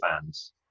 fans